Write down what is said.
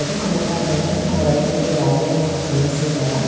ಅದು ಕರೆಕ್ಟಾಗಿ ಬಂದರೆ ರೈತನಿಗೆ ಯಾವುದೇ ಅಂತಹ ಸಮಸ್ಯೆ ಇರಲ್ಲ